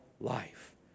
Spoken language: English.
life